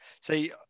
See